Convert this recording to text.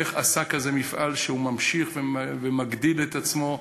איך עשה כזה מפעל שממשיך ומגדיל את עצמו?